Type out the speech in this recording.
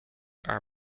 are